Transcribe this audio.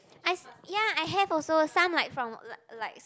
I ya I have also some like from like likes